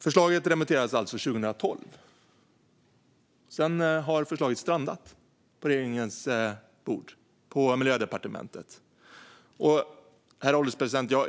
Förslaget remitterades alltså 2012. Sedan har det strandat på regeringens bord, på Miljödepartementet. Herr ålderspresident!